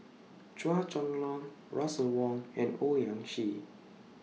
Chua Chong Long Russel Wong and Owyang Chi